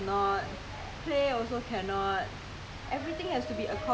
they just one or two kid not like la~ la~ the old generation they got